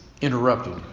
interrupted